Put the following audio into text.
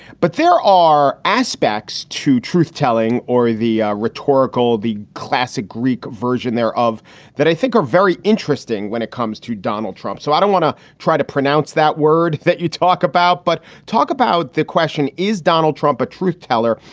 but there are aspects to truthtelling or the rhetorical the classic greek version there of that i think are very interesting when it comes to donald trump. so i don't want to try to pronounce that word that you talk about, but talk about the question, is donald trump a truth teller?